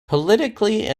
politically